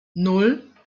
nan